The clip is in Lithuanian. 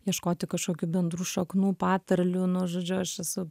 ieškoti kažkokių bendrų šaknų patarlių nu žodžiu aš esu